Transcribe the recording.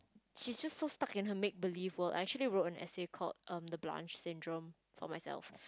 she's just so stuck in her make believe world I actually wrote an essay called err the Blanch syndrome for myself